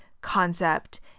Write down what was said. concept